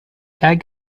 egg